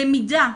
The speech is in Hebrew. למידה,